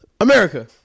America